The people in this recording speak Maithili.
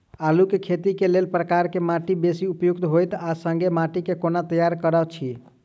आलु केँ खेती केँ लेल केँ प्रकार केँ माटि बेसी उपयुक्त होइत आ संगे माटि केँ कोना तैयार करऽ छी?